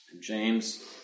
James